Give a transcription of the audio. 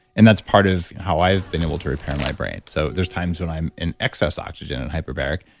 and that's part of how i've been able to repair my brain. so there's times when i'm in excess oxygen in hyperbaric.